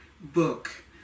book